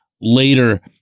later